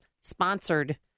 sponsored